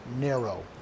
narrow